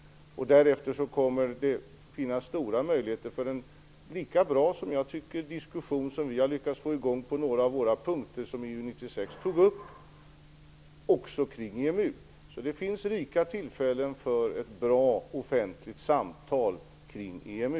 Därefter kommer det att finnas stora möjligheter för en diskussion. Den kan bli lika bra som jag tycker den som vi har lyckats få i gång på några av våra punkter som togs upp i EU-96 är. Detta gällde också EMU. Det finns alltså rika tillfällen för ett bra offentligt samtal kring EMU.